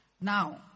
Now